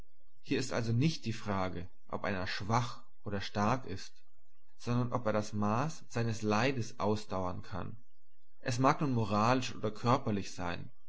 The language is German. hier ist also nicht die frage ob einer schwach oder stark ist sondern ob er das maß seines leidens ausdauern kann es mag nun moralisch oder körperlich sein